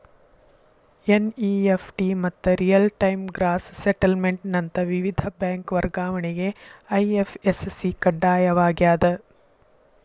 NEFT ಮತ್ತ real time gross settlement ನಂತ ವಿವಿಧ ಬ್ಯಾಂಕ್ ವರ್ಗಾವಣೆಗೆ ಐ.ಎಫ್.ಎಸ್.ಸಿ ಕಡ್ಡಾಯವಾಗ್ಯದ